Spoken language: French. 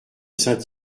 saint